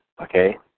Okay